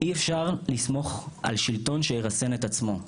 אי אפשר לסמוך על שלטון שירסן את עצמו,